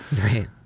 Right